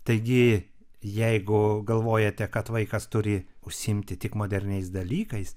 taigi jeigu galvojate kad vaikas turi užsiimti tik moderniais dalykais